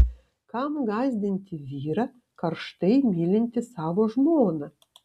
kam gąsdinti vyrą karštai mylintį savo žmoną